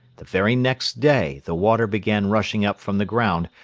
the very next day the water began rushing up from the ground,